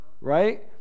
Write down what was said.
Right